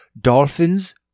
dolphins